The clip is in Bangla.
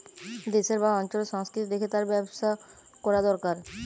দেশের বা অঞ্চলের সংস্কৃতি দেখে তার ব্যবসা কোরা দোরকার